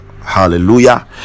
hallelujah